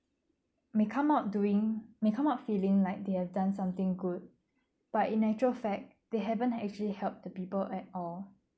may come out doing may come out feeling like they have done something good but in actual fact they haven't actually help the people at all